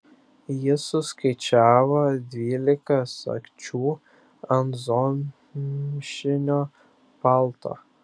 jis suskaičiavo dvylika sagčių ant zomšinio palto